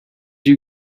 you